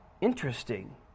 interesting